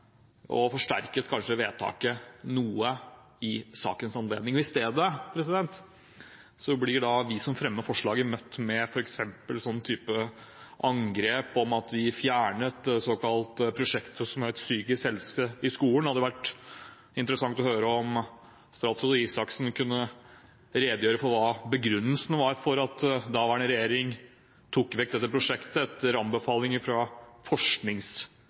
kanskje forsterket vedtaket noe? I stedet blir vi som fremmer forslaget, møtt med f.eks. angrep om at vi fjernet prosjektet Psykisk helse i skolen. Det hadde vært interessant å høre om statsråd Røe Isaksen kunne redegjøre for hva begrunnelsen var for at daværende regjering tok vekk dette prosjektet. Etter anbefaling fra